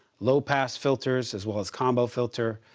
low pass filters as well as combo filter,